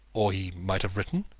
or he might have written?